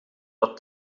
dat